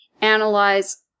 analyze